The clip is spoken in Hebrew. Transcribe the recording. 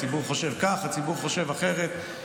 הציבור חושב כך, הציבור חושב אחרת.